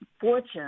fortune